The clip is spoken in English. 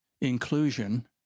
inclusion